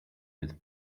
with